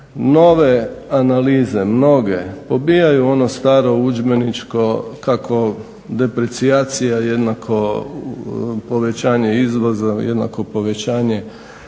nove analize mnoge pobijaju ono staro udžbeničko kako deprecijacija = povećanje izvoza = povećanje